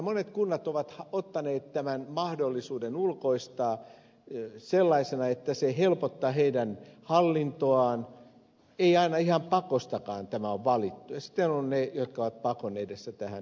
monet kunnat ovat ottaneet tämän mahdollisuuden ulkoistaa sellaisena että se helpottaa heidän hallintoaan ei aina ihan pakostakaan tätä ole valittu ja sitten ovat ne jotka ovat pakon edessä tähän lähteneet